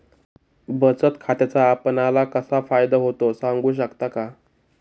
बचत खात्याचा आपणाला कसा फायदा होतो? सांगू शकता का?